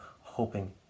hoping